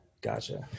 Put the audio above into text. Gotcha